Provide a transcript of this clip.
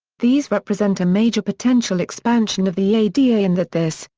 these represent a major potential expansion of the ada in that this,